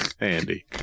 Andy